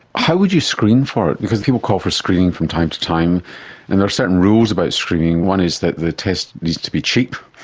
how would you screen for it, because people call for screening from time to time and there are certain rules about screening, one is that the test needs to be cheap,